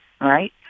right